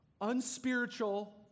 unspiritual